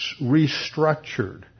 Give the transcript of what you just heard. restructured